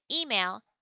Email